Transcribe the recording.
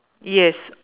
yes